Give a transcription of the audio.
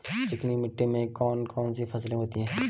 चिकनी मिट्टी में कौन कौन सी फसलें होती हैं?